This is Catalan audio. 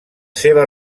seva